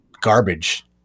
garbage